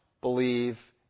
believe